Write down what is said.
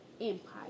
empire